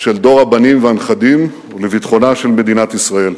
של דור הבנים והנכדים ולביטחונה של מדינת ישראל.